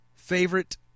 Favorite